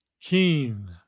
keen